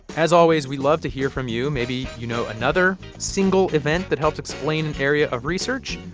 as always, we love to hear from you. maybe you know another single event that helps explain an area of research.